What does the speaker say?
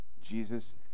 Jesus